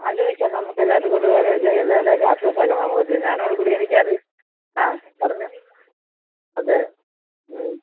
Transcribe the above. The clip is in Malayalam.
അലോചിക്കാം നമുക്ക് എല്ലാവരോടുംകൂടെ എല്ലാവരുടെയും ഒക്കെ അഡ്രസ്സ് ഒക്കെ നമുക്ക് ഞാനോട് കൂടി എനിക്കത് ആ പറഞ്ഞോ അതെ മ്